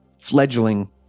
fledgling